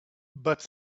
but